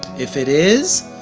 if it is,